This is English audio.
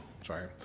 sorry